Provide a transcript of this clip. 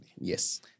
Yes